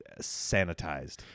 sanitized